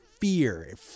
fear